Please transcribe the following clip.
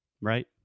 right